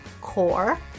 core